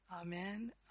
Amen